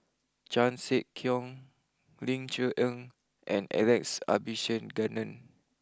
Chan Sek Keong Ling Cher Eng and Alex Abisheganaden